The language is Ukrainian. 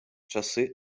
часи